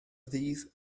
ddydd